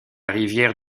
rivière